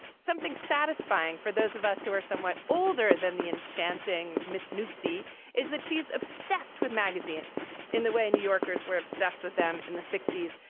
something satisfying for those of us who are somewhat older than the enchanting miss nuzzi is that she's obsessed with magazines in the way new yorkers were obsessed with them in the sixty s,